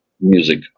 music